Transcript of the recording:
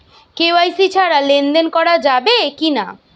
KYC ছাড়া লেনদেন করা যাবে কিনা?